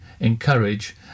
encourage